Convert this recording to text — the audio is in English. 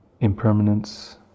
impermanence